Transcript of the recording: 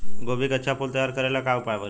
गोभी के अच्छा फूल तैयार करे ला का उपाय करी?